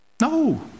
No